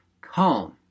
calm